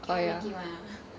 cannot make it [one] ah